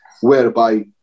whereby